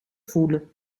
voelen